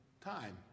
time